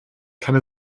kann